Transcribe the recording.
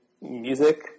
music